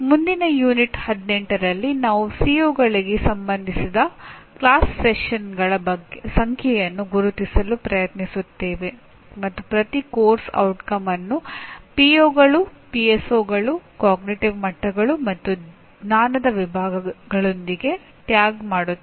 ಮುಂದಿನ ಪಠ್ಯ 18 ರಲ್ಲಿ ನಾವು ಸಿಒಗಳಿಗೆ ಸಂಬಂಧಿಸಿದ ಕ್ಲಾಸ್ ಸೆಷನ್ಗಳ ಸಂಖ್ಯೆಯನ್ನು ಗುರುತಿಸಲು ಪ್ರಯತ್ನಿಸುತ್ತೇವೆ ಮತ್ತು ಪ್ರತಿ ಪಠ್ಯಕ್ರಮದ ಪರಿಣಾಮವನ್ನು ಪಿಒಗಳು ಪಿಎಸ್ಒಗಳು ಅರಿವಿನ ಮಟ್ಟಗಳು ಮತ್ತು ಜ್ಞಾನದ ವಿಭಾಗಗಳೊಂದಿಗೆ ಟ್ಯಾಗ್ ಮಾಡುತ್ತೇವೆ